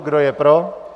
Kdo je pro?